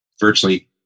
virtually